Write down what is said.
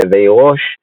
כאבי ראש,